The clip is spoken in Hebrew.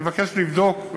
אני אבקש לבדוק,